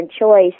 choice